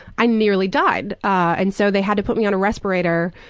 i nearly died. and so they had to put me on a respirator,